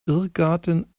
irrgarten